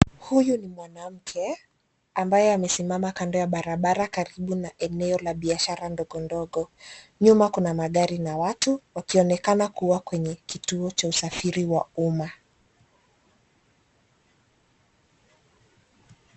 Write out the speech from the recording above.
Huyu ni mwanamke ambaye amesimama kando ya barabara karibu na eneo la biashara ndogo ndogo. Nyuma kuna magari na watu, wakionekana kuwa kwenye kituo cha usafiri wa umma.